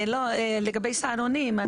לגבי סהרונים,